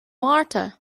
mhárta